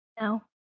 No